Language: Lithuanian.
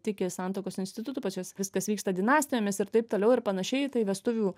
tiki santuokos institutu pas juos viskas vyksta dinastijomis ir taip toliau ir panašiai tai vestuvių